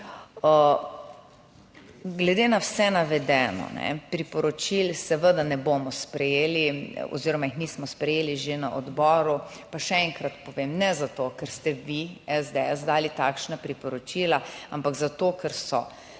Glede na vse navedeno, priporočil seveda ne bomo sprejeli oziroma jih nismo sprejeli že na odboru, pa še enkrat povem, ne zato, ker ste vi, SDS, dali takšna priporočila, ampak zato, ker so